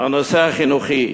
הנושא החינוכי,